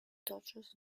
dodgers